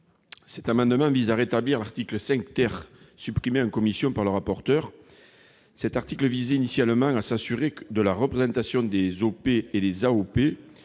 Cet amendement vise à rétablir l'article 5 , supprimé en commission par le rapporteur. Cet article visait initialement à s'assurer de la représentation des OP et des AOP